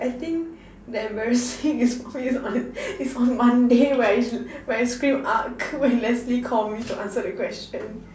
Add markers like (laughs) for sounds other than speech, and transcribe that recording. I think the embarrassing (laughs) is on is on Monday right when I screamed argh when Leslie called me to answer the question